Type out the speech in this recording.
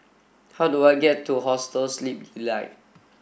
how do I get to Hostel Sleep Delight